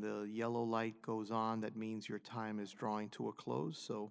the yellow light goes on that means your time is drawing to a close so